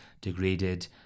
degraded